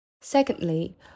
Secondly